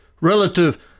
relative